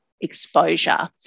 exposure